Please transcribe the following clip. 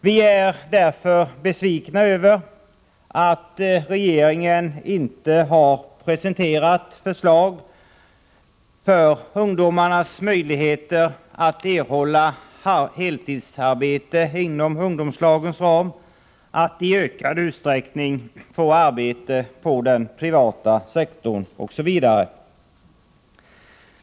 Vi är därför besvikna över att regeringen inte har presenterat förslag som skulle ge ungdomarna möjligheter att erhålla heltidsarbete inom ungdomslagens ram, att i ökad utsträckning få arbete på den privata sektorn osv.